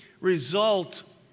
result